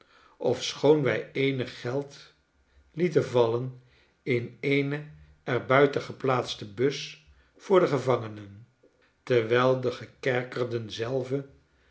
ofschoon wij eenig geld lieten vallen in eene er buiten geplaatste bus voor de gevangenen terwijl de gekerkerden zelven